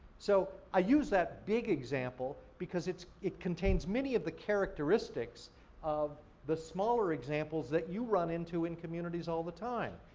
so, i use that big example, because it contains many of the characteristics of the smaller examples that you run into in communities all the time.